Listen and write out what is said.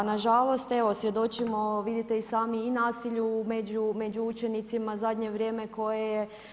Nažalost, svjedočimo, vidite i sami, i nasilju među učenicima u zadnje vrijeme koje je.